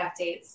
updates